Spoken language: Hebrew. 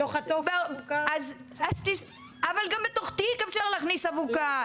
בתוך התוף --- גם בתוך תיק אפשר להכניס אבוקה,